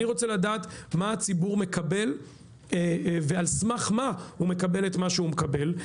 אני רוצה לדעת מה הציבור מקבל ועל סמך מה הוא מקבל את מה שהוא מקבל.